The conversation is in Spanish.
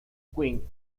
queen